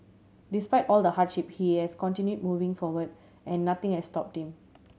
despite all the hardship he has continued moving forward and nothing has stopped him